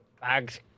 Bags